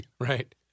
Right